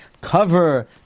cover